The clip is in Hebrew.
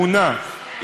מונע,